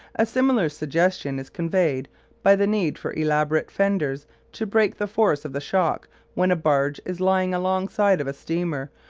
a similar suggestion is conveyed by the need for elaborate fenders to break the force of the shock when a barge is lying alongside of a steamer,